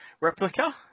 replica